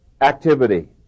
activity